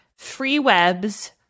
Freewebs